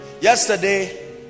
Yesterday